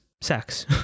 sex